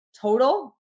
total